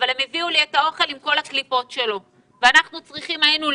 אבל הם הביאו לי את האוכל עם כל הקליפות שלו ואנחנו היינו צריכים לדלות.